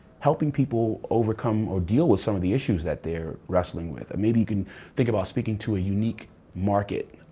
helping people overcome or deal with some of the issues that they're wrestling with. maybe you can think about speaking to a unique market.